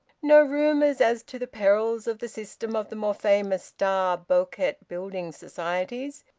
no rumours as to the perils of the system of the more famous starr-bowkett building societies,